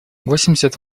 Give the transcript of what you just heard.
восемьдесят